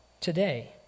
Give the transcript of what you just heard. today